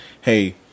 hey